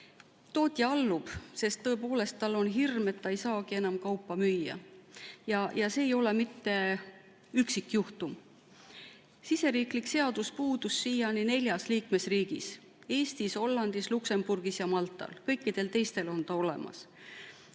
Tootja allub, sest tal on tõepoolest hirm, et ta ei saagi enam kaupa müüa. See ei ole mitte üksikjuhtum. Siseriiklik seadus puudus siiani neljas liikmesriigis: Eestis, Hollandis, Luksemburgis ja Maltal. Kõikidel teistel on see olemas.